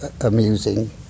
amusing